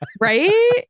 right